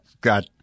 got